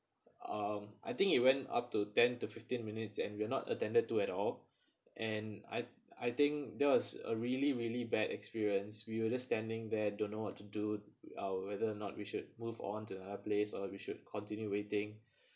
um I think it went up to ten to fifteen minutes and we're not attended to at all and I I think there was a really really bad experience we will just standing there don't know what to do uh whether or not we should move on to other place or we should continue waiting